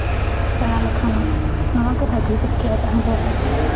ᱥᱮᱬᱟ ᱞᱮᱠᱷᱟᱱ ᱱᱚᱣᱟᱜᱮ ᱵᱷᱟᱜᱮ ᱦᱩᱭ ᱠᱚᱜ ᱠᱮᱭᱟ ᱡᱟᱦᱟᱸ ᱫᱚ